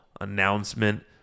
announcement